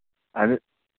ಅದು